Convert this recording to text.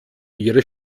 ihre